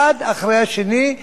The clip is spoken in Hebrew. אחד אחרי השני,